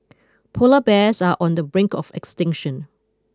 Polar bears are on the brink of extinction